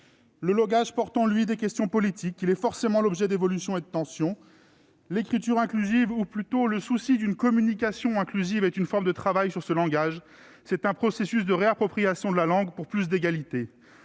Le langage porte en lui des questions politiques. Il est forcément l'objet d'évolutions et de tensions. L'écriture inclusive, ou plutôt le souci d'une communication inclusive, est une forme de travail sur ce langage. C'est un processus de réappropriation de la langue, pour plus d'égalité.